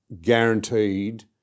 guaranteed